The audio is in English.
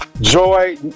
joy